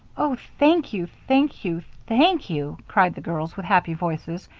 oh, thank you, thank you, thank you, cried the girls, with happy voices,